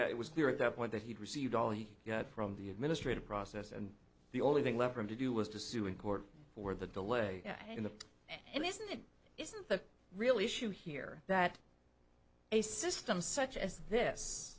that it was clear at that point that he'd received all he got from the administrative process and the only thing left for him to do was to sue in court for the delay in the and isn't it isn't the real issue here that a system such as this